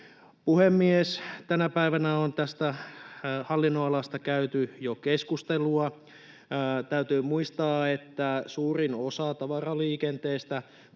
Puhemies! Tänä päivänä on tästä hallinnonalasta käyty jo keskustelua. Täytyy muistaa, että suurin osa tavaraliikenteestä kulkee